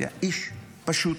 היה איש פשוט,